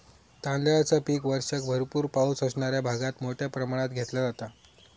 तांदळाचा पीक वर्षाक भरपूर पावस असणाऱ्या भागात मोठ्या प्रमाणात घेतला जाता